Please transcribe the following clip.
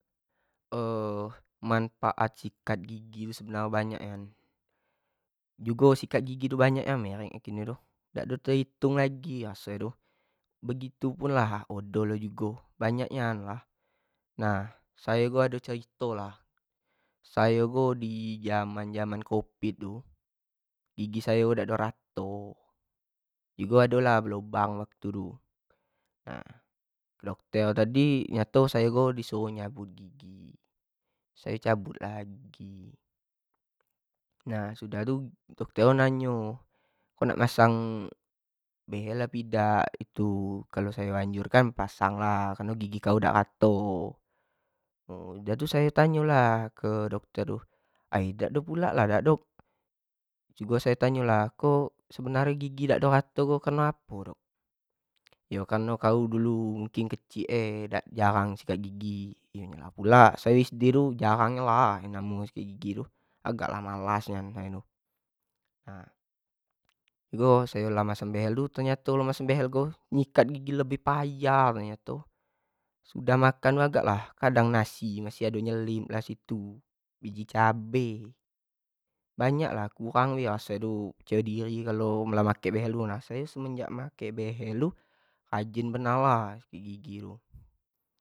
manfaat sikat gigi sebenar nyo tu banyak nian jugo sikat tu banyak nian merk nyo tun dak ado tehitung lagi, begitu lah odol tu dak ado terhitung lagi, sayo ko ado cerito lah, sayo ko di jambi, zaman-zaman covid dulu tu gigi sayo dak do rato jugo adolah belubang waktu tu nah dokter tadi ngato sayo tu di suruh nyabut gigi, sayo cabut lah gigi, nah sudah tu dokter ko nanyo kau nak amsang behel apo idak, kalo sayo anjurkan pasang lah kareno gigi kau dak rato, sudah tu ayo tanyo lah ke dokter tu, ai sayo tu dak ado pulak, ko sebenar nyo gigi dak ado rato ko kareno apo dok, yo kareno kau dulu mungkin kecik e jarang gosok gigi, iyo pulak sayo sd tu jrang nyo lah namo nyo gosok gigi tu agak lah malas nian kami tu, jugo sayo lah pasang behel tu nyato nyo lah masang behel ko nyikat gigi nyo lah payah lah tu sudah makan agak lah kadang nasi, kadang biji cabe, banyak lah orang percayo diri make behl tu, sayo semenjak makai behl tu rajin benar lah gosok gigi tu.